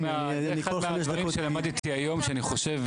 מה שלמדתי היום שאני חושב,